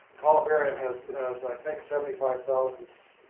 columbarium has has i think seventy five thousand,